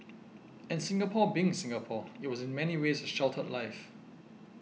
and Singapore being Singapore it was in many ways a sheltered life